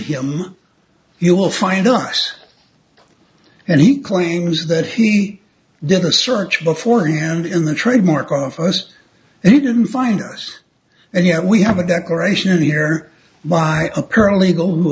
him you will find us and he claims that he did a search beforehand in the trademark office and he didn't find us and yet we have a declaration here by a paralegal who